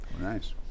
Nice